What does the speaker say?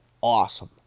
Awesome